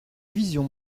vision